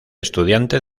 estudiante